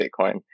Bitcoin